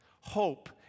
Hope